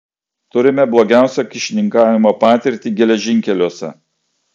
turime blogiausią kyšininkavimo patirtį geležinkeliuose